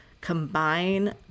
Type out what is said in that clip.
combine